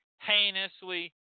heinously